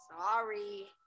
Sorry